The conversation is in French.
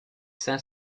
cinq